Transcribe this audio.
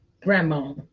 grandma